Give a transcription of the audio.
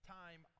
time